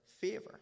favor